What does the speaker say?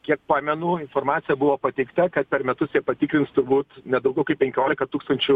kiek pamenu informacija buvo pateikta kad per metus jie patikrins turbūt ne daugiau kaip penkioliką tūkstančių